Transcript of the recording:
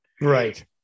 Right